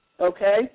okay